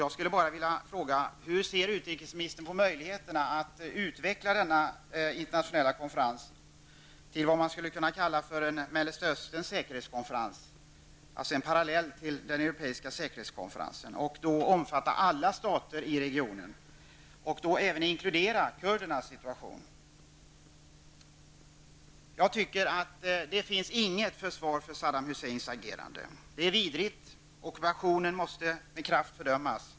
Jag skulle bara vilja fråga: Hur ser utrikesministern på möjligheterna att utveckla denna internationella konferens till vad man skulle kunna kalla för en Mellersta Österns säkerhetskonferens, en parallell till den europeiska säkerhetskonferensen? Den skulle omfatta alla stater i regionen och även inkludera kurdernas situation. Jag tycker att det inte finns något försvar för Saddam Husseins agerande; det är vidrigt. Kuwait måste med kraft fördömas.